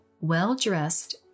well-dressed